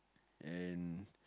an